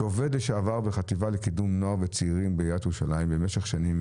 כעובד לשעבר בחטיבה לקידום נוער וצעירים בעיריית ירושלים במשך שנים,